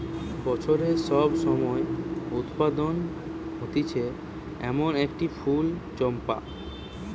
বছরের সব সময় উৎপাদন হতিছে এমন একটা ফুল চম্পা